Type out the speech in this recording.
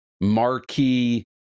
marquee